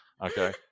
Okay